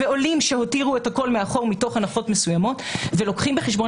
עולים שהותירו את הכול מאחור מתוך הנחות מסוימות ולוקחים בחשבון